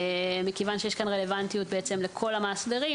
מכיוון שיש כאן רלוונטיות לכל המאסדרים,